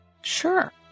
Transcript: Sure